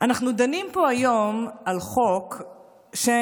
אנחנו דנים פה היום על חוק שבאמת,